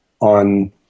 on